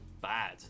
bad